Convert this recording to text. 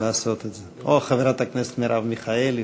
לעשות את זה, או חברת הכנסת מרב מיכאלי.